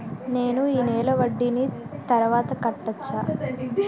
నేను ఈ నెల వడ్డీని తర్వాత కట్టచా?